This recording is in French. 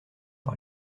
par